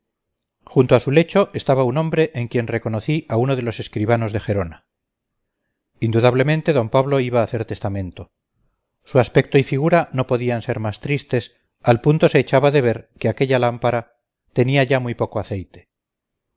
junto a su lecho estaba un hombre en quien reconocí a uno de los escribanos de gerona indudablemente d pablo iba a hacer testamento su aspecto y figura no podían ser más tristes al punto se echaba de ver que aquella lámpara tenía ya muy poco aceite